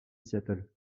seattle